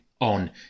on